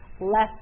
less